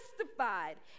justified